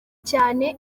cyane